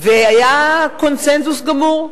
והיה קונסנזוס גמור.